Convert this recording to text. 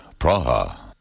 Praha